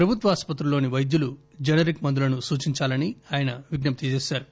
ప్రభుత్వాస్పత్రుల్లోని పైద్యులు జనరిక్ మందులను సూచించాలని ఆయన విజ్ఞప్తి చేశారు